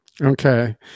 Okay